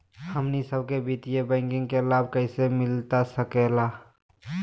हमनी सबके वित्तीय बैंकिंग के लाभ कैसे मिलता सके ला?